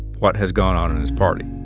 what has gone on in his party.